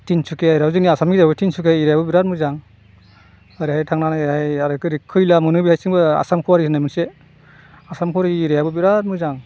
तिनसुकिया जेराव जोंनि आसामनि जाहैबाय तिनसुकिया एरियाआबो बिराद मोजां ओरैहाय थांनानै ओरैहाय आरो खैला मोनो बेहायसो मोजां आसामखौ ओरै होननाय मोनसे आसामनि ओरै एरियाआबो बिराद मोजां